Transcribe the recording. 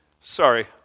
Sorry